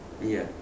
ya